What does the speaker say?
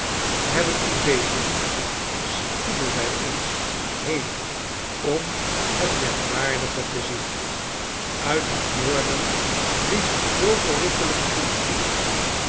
te hebben ontbeten spoedden wij ons heen om het merkwaardige te zien uit het noorden blies een zoo verrukkelijk koeltje